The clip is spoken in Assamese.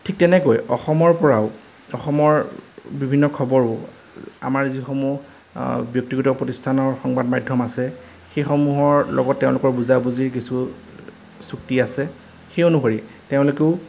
ঠিক তেনেকৈ অসমৰ পৰাও অসমৰ বিভিন্ন খবৰো আমাৰ যিসমূহ আ ব্যক্তিগত প্ৰতিষ্ঠানৰ সংবাদ মাধ্যম আছে সেইসমূহৰ লগত তেওঁলোকৰ বুজাবুজি কিছু চুক্তি আছে সেই অনুসৰি তেওঁলোকেও